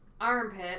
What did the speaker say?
armpit